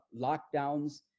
lockdowns